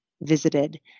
visited